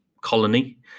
colony